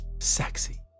Sexy